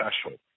special